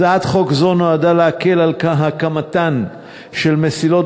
הצעת חוק זו נועדה להקל את הקמתן של מסילות